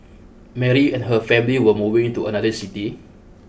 Mary and her family were moving to another city